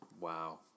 Wow